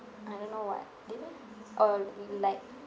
I don't know what did or be like